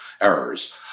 errors